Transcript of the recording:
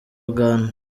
uganda